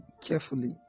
carefully